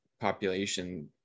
population